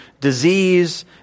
disease